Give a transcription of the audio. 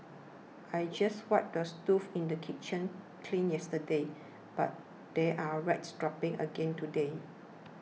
I just wiped the stove in the kitchen clean yesterday but there are rat droppings again today